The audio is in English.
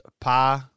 pie